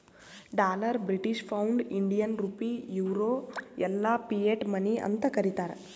dollar, British pound, Indian rupee, euro ಎಲ್ಲಾ fiat money ಅಂತ್ ಕರೀತಾರ